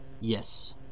Yes